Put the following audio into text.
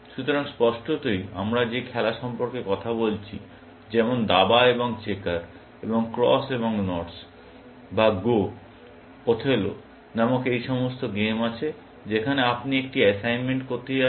সুতরাং স্পষ্টতই আমরা যে খেলা সম্পর্কে কথা বলছি যেমন দাবা এবং চেকার এবং ক্রস এবং নটস বা গো ওথেলো নামক এই সমস্ত গেম আছে যেখানে আপনি একটি অ্যাসাইনমেন্ট করতে যাচ্ছেন